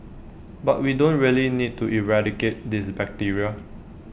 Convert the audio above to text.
but we don't really need to eradicate this bacteria